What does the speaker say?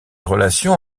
relations